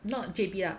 not J_B lah